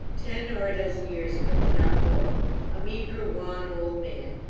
ten or a dozen years ago not more a meagre, wan old man,